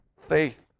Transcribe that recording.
faith